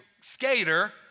skater